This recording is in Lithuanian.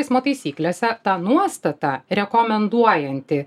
eismo taisyklėse ta nuostata rekomenduojanti